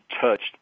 touched